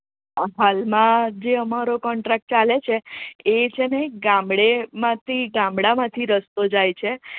હાલમાં જે અમારો કોન્ટ્રાક્ટ ચાલે છે એ છેને ગામડેમાંથી ગામડામાંથી રસ્તો જાય છે